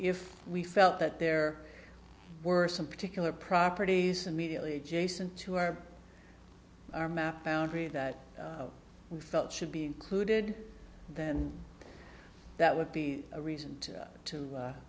if we felt that there were some particular properties immediately adjacent to our our map boundary that we felt should be included then that would be a reason to